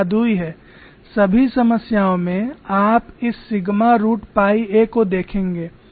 सभी समस्याओं में आप इस सिग्मा रूट पाई a को देखेंगे